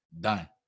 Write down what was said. Done